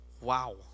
wow